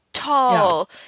Tall